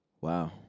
Wow